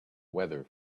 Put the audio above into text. weather